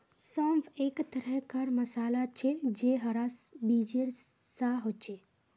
सौंफ एक तरह कार मसाला छे जे हरा बीजेर सा होचे